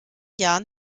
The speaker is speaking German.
jahren